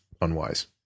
unwise